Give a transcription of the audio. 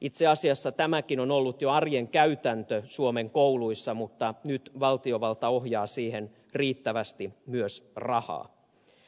itse asiassa tämäkin on ollut jo arjen käytäntö suomen kouluissa mutta nyt valtiovalta ohjaa siihen riittävästi myös rahaa